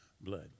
blood